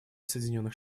соединенных